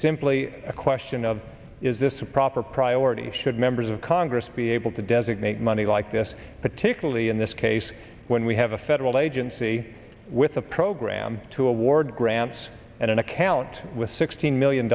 simply a question of is this a proper priority should members of congress be able to designate money like this particularly in this case when we have a federal agency with a program to award grants and an account with sixteen million